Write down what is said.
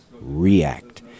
react